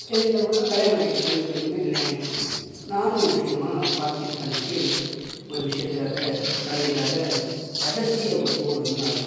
இருந்தபோதும் கல்யாணம் ஆகிட்டு இரண்டு பேருக்கும் கல்யாணம் ஆகிட்டு ராணுவ விஷயமா பாகிஸ்தானுக்கு ஒரு விஷயத்துக்காக சண்டைக்காக ரகசிய போர் வந்து நடக்கும்